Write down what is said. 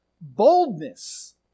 boldness